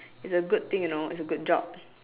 is a good thing you know it's a good job